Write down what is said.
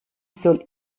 soll